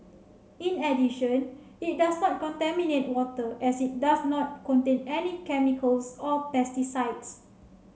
in addition it does not contaminate water as it does not contain any chemicals or pesticides